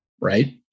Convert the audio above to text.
right